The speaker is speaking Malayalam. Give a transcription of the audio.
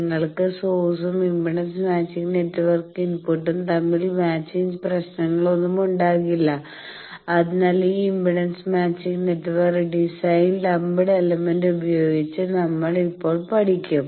നിങ്ങൾക്ക് സോഴ്സും ഇംപെഡൻസ് മാച്ചിങ് നെറ്റ്വർക്ക് ഇൻപുട്ടും തമ്മിൽ മാച്ചിങ് പ്രശ്നങ്ങളൊന്നും ഉണ്ടാകില്ല അതിനാൽ ഈ impedance matching network design lumped element ഉപയോഗിച്ച് നമ്മൾ ഇപ്പോൾ പഠിക്കും